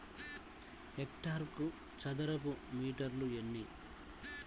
హెక్టారుకు చదరపు మీటర్లు ఎన్ని?